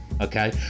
okay